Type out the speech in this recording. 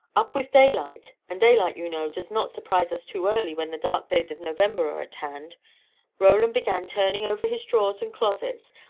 up with daylight and daylight, you know, does not surprise us too early when the dark days of november are at hand roland began turning over his drawers and closets,